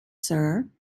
sir